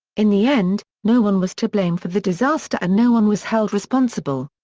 in the end, no one was to blame for the disaster and no one was held responsible.